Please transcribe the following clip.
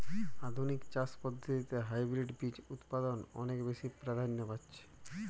আধুনিক চাষ পদ্ধতিতে হাইব্রিড বীজ উৎপাদন অনেক বেশী প্রাধান্য পাচ্ছে